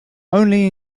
only